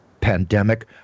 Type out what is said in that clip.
pandemic